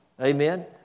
Amen